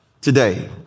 today